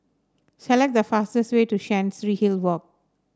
select the fastest way to Chancery Hill Walk